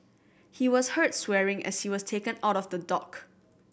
he was heard swearing as he was taken out of the dock